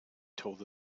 told